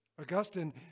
Augustine